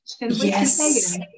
yes